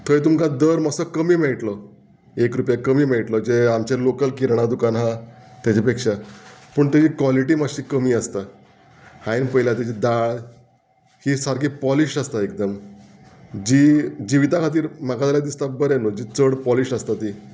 थंय तुमकां दर मातसो कमी मेळटलो एक रुपया कमी मेळटलो जे आमचे लोकल किराणा दुकान आहा तेज्या पेक्षा पूण तेजी कॉलिटी मातशी कमी आसता हांयेंन पयल्या तेजी दाळ ही सारकी पॉलिश्ड आसता एकदम जी जिविता खातीर म्हाका जाल्यार दिसता बरें न्हू जी चड पॉलिश्ड आसता ती